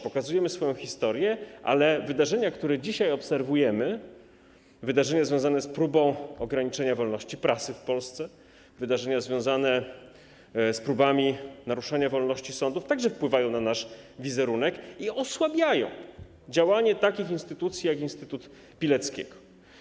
Pokazujemy swoją historię, ale wydarzenia, które dzisiaj obserwujemy, związane z próbą ograniczenia wolności prasy w Polsce, związane z próbami naruszenia wolności sądów także wpływają na nasz wizerunek i osłabiają działanie takich instytucji, jak Instytut Pileckiego.